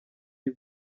y’u